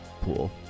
pool